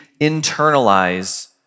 internalize